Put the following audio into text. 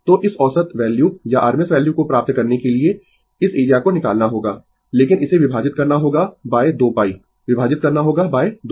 तो इस औसत वैल्यू या RMS वैल्यू को प्राप्त करने के लिए इस एरिया को निकालना होगा लेकिन इसे विभाजित करना होगा 2π विभाजित करना होगा 2π